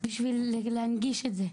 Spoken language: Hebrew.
בשביל להנגיש את זה.